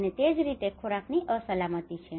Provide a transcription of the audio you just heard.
અને તે જ રીતે ખોરાકની અસલામતી છે